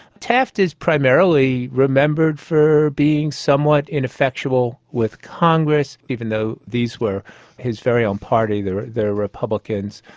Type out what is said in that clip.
taft is primarily remembered for being somewhat ineffectual with congress, even though these were his very own party, the the republicans.